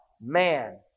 man